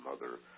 mother